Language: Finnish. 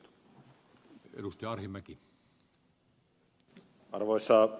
arvoisa puhemies